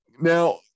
Now